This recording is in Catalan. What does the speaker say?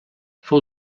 fou